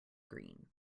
green